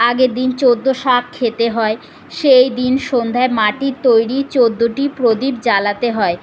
আগের দিন চোদ্দো শাক খেতে হয় সেই দিন সন্ধ্যায় মাটির তৈরি চোদ্দোটি প্রদীপ জ্বালাতে হয়